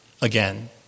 again